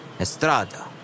Estrada